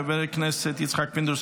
חבר הכנסת יצחק פינדרוס,